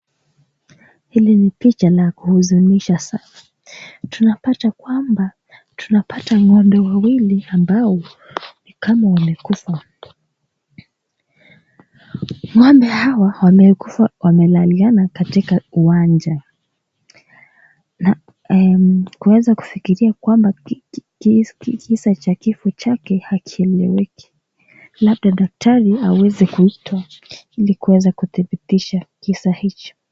Hili ni picha la kuhuzunisha sana. Tunapata kwamba tunapata ng'ombe wawili ambao ni kama wamekufa. Ng'ombe hawa wamekufa wamelaliana katika uwanja. Kuweza kufikiria kwamba kisa cha kifo chake hakieleweki. Labda daktari aweze kuitwa ili aweze kuthibitisha kisa hicho.